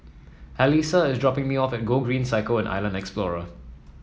Allyssa is dropping me off at Gogreen Cycle and Island Explorer